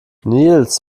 nils